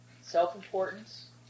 Self-importance